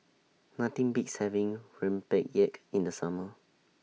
Nothing Beats having Rempeyek in The Summer